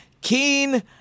keen